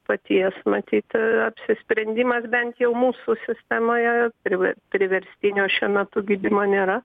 paties matyt apsisprendimas bent jau mūsų sistemoje ir priverstinio šiuo metu gydymo nėra